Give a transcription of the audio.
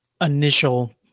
initial